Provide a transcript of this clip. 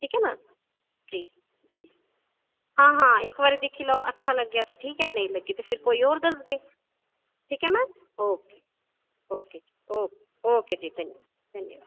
ठीक ऐ ना ओके जी आं हां इक्क बारी दिक्खी लैओ अच्छा लग्गेआ ते ठीक ऐ अगर नेईं लग्गेआ ते कोई होर दस्सगे ठीक ऐ ना ओके ओके जी धन्यबाद ठीक ऐ